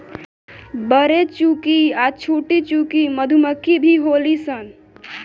बरेचुकी आ छोटीचुकी मधुमक्खी भी होली सन